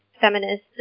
feminist